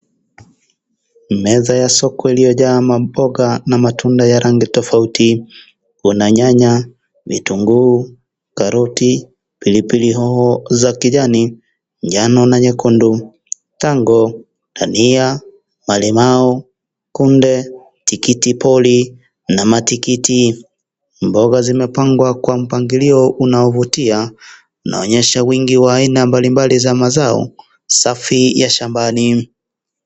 Meza ya soko iliyojaa matunda na mboga tofauti. Kuna nyanya, vitunguu, karoti, pilipili hoho za kijani, njano na nyekundu, tango, dania, malimau, kunde, tikitipoli na matikiti. Mboga zimepangwa kwa mpangilio unaovutia. Inaonyesha wingi wa aina mbalimbali za mazao safi za shambani.